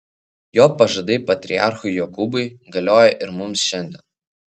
jo pažadai patriarchui jokūbui galioja ir mums šiandien